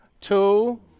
Two